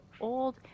Old